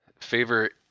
favorite